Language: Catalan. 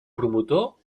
promotor